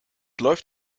läuft